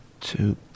Two